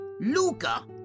Luca